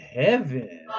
heaven